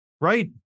Right